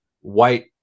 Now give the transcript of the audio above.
white